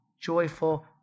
joyful